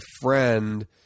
friend